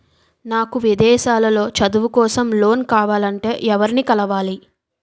నాకు విదేశాలలో చదువు కోసం లోన్ కావాలంటే ఎవరిని కలవాలి?